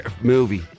movie